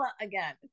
again